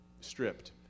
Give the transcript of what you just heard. stripped